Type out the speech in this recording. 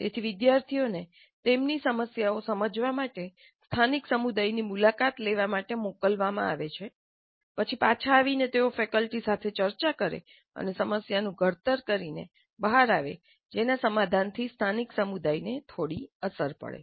તેથી વિદ્યાર્થીઓને તેમની સમસ્યાઓ સમજવા માટે સ્થાનિક સમુદાયોની મુલાકાત લેવા મોકલવામાં આવે છે પછી પાછા આવીને તેઓ ફેકલ્ટી સાથે ચર્ચા કરે અને સમસ્યાનું ઘડતર કરીને બહાર આવે જેના સમાધાનથી સ્થાનિક સમુદાયને થોડી અસર પડે